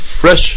fresh